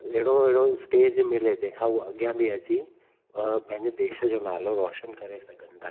अहिड़ो अहिड़ो स्टेज मिले जंहिं खां हू अॻियां बि अची पंहिंजे देश जो नालो रौशन करे सघनि था